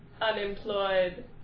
unemployed